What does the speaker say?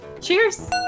Cheers